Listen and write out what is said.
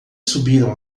subiram